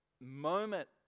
moment